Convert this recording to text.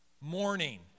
morning